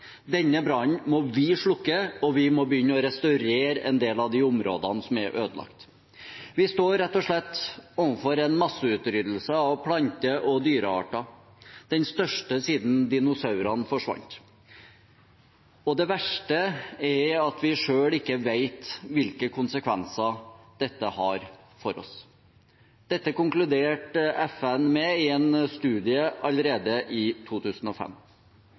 Denne brannen må vi slukke, og vi må begynne å restaurere en del av de områdene som er ødelagt. Vi står rett og slett overfor en masseutryddelse av plante- og dyrearter, den største siden dinosaurene forsvant. Det verste er at vi selv ikke vet hvilke konsekvenser dette har for oss. Dette konkluderte FN med i en studie allerede i 2005.